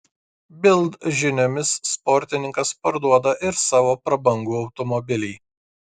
bild žiniomis sportininkas parduoda ir savo prabangų automobilį